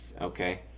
okay